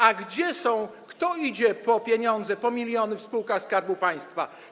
A kto idzie po pieniądze, po miliony w spółkach Skarbu Państwa?